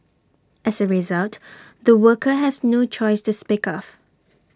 as A result the worker has no choice to speak of